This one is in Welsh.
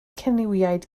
cernywiaid